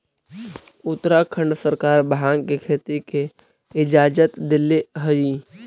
उत्तराखंड सरकार भाँग के खेती के इजाजत देले हइ